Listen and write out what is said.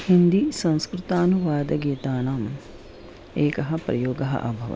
हिन्दीसंस्कृतानुवादगीतानाम् एकः प्रयोगः अभवत्